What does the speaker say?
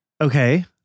Okay